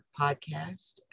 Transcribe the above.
podcast